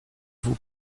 vous